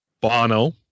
Bono